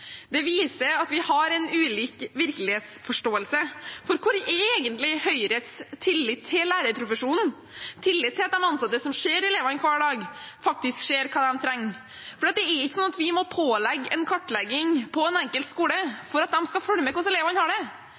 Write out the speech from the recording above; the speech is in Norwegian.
Det viser at vi har en ulik virkelighetsforståelse. For hvor er egentlig Høyres tillit til lærerprofesjonen, tillit til de ansatte, som ser elevene hver dag og faktisk ser hva de trenger? Det er ikke sånn at vi må pålegge en kartlegging på en enkelt skole for at de skal følge med på hvordan elevene har det.